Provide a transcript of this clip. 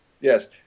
yes